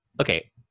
okay